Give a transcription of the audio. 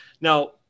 Now